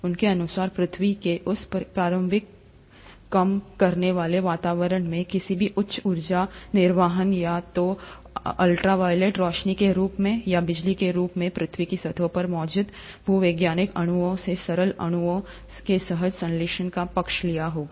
उनके अनुसार पृथ्वी के उस प्रारंभिक कम करने वाले वातावरण में किसी भी उच्च ऊर्जा निर्वहन या तो अल्ट्रा वायलेट रोशनी के रूप में या बिजली के रूप में पृथ्वी की सतह पर मौजूदा भूवैज्ञानिक अणुओं से सरल अणुओं के सहज संश्लेषण का पक्ष लिया होगा